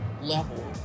level